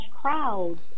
crowds